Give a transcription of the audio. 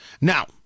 Now